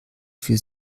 für